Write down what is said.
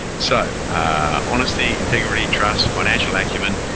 so honesty, integrity, trust, financial acumen,